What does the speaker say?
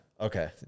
Okay